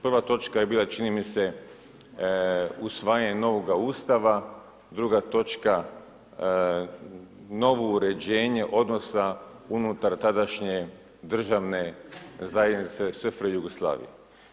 Prva točka je bila čini mi se, usvajanje novoga Ustava, druga točka novo uređenje odnosa unutar tadašnje državne zajednice SFRJ Jugoslavije.